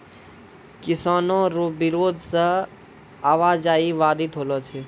किसानो रो बिरोध से आवाजाही बाधित होलो छै